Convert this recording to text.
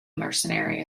mercenary